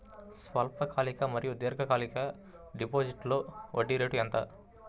స్వల్పకాలిక మరియు దీర్ఘకాలిక డిపోజిట్స్లో వడ్డీ రేటు ఎంత?